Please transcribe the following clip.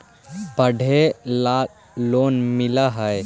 पढ़े ला लोन मिल है?